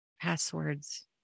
passwords